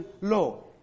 law